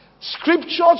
Scriptures